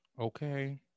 okay